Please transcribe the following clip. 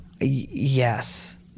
yes